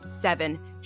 seven